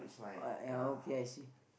uh ya okay I see